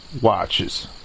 watches